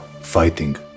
fighting